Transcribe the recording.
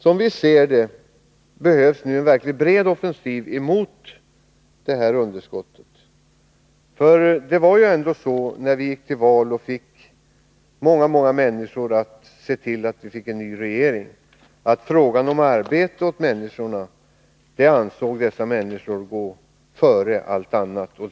Som vi ser det, krävs nu en verkligt bred offensiv mot detta underskott. Det var ju ändå så, när vi gick till val och många, många människor såg till att vi fick en ny regering, att dessa väljare ansåg att frågan om arbete åt människorna går före allt annat.